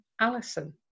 Allison